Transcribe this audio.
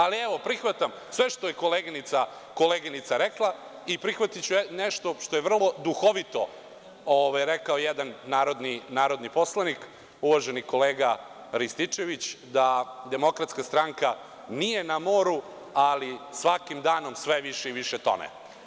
Ali, evo, prihvatam sve što je koleginica rekla i prihvatiću nešto što je vrlo duhovito rekao jedan narodni poslanik, uvaženi kolega Rističević, da Demokratska stranka nije na moru, ali svakim danom sve više i više tone.